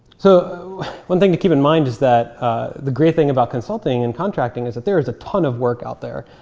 so one thing to keep in mind, is that the great thing about consulting and contracting is that there is a ton of work out there.